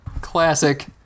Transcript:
Classic